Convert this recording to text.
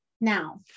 Now